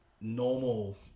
normal